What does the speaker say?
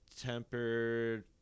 Tempered